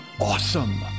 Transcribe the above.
awesome